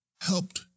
helped